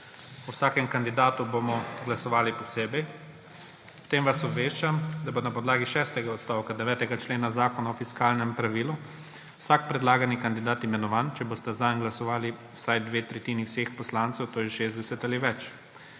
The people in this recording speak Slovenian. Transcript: O vsakem kandidatu bomo glasovali posebej. Ob tem vas obveščam, da bo na podlagi šestega odstavka 9. člena Zakona o fiskalnem pravilu vsak predlagani kandidat imenovan, če bosta zanj glasovali vsaj dve tretjini vseh poslancev, to je 60 ali več.